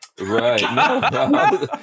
Right